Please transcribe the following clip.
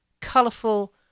Colourful